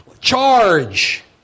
charge